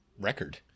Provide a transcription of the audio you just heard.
record